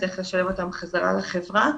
נצטרך לשלב אותם חזרה בחברה,